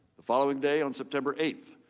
the following day on september eight,